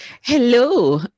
Hello